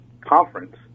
conference